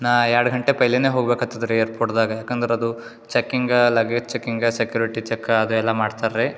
ನಾ ಎರಡು ಗಂಟೆ ಪೈಲಿನೆ ಹೋಗ್ಬೇಕು ಹತ್ತದ ರೀ ಏರ್ಪೋಟ್ದಾಗ ಯಾಕಂದ್ರೆ ಅದು ಚೆಕ್ಕಿಂಗಾ ಲಗೇಜ್ ಚೆಕ್ಕಿಂಗಾ ಸೆಕ್ಯೂರಿಟಿ ಚೆಕ್ಕಾ ಅದು ಎಲ್ಲ ಮಾಡ್ತಾರೆ ರೀ